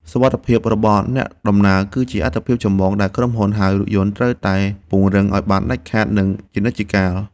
សុវត្ថិភាពរបស់អ្នកដំណើរ គឺជាអាទិភាពចម្បងដែលក្រុមហ៊ុនហៅរថយន្តត្រូវតែពង្រឹងឱ្យបានដាច់ខាត និងជានិច្ចកាល។